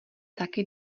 taky